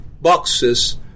boxes